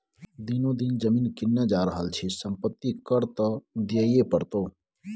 दिनो दिन जमीन किनने जा रहल छी संपत्ति कर त दिअइये पड़तौ